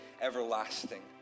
everlasting